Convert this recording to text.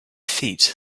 feet